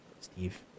Steve